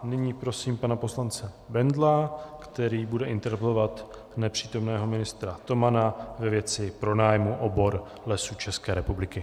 Nyní prosím pana poslance Bendla, který bude interpelovat nepřítomného ministra Tomana ve věci pronájmu obor Lesů České republiky.